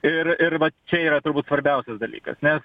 ir ir vat čia yra turbūt svarbiausias dalykas nes